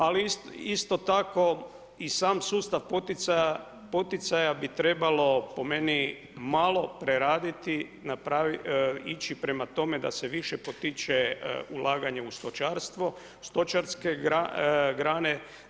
Ali isto tako i sam sustav poticaja bi trebalo po meni malo preraditi, ići prema tome da se više potiče ulaganje u stočarstvo, stočarske grane.